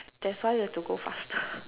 that's why we've to go faster